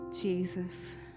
Jesus